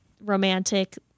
romantic